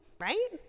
right